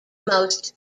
most